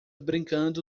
brincando